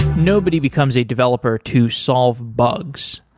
nobody becomes a developer to solve bugs.